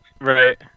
Right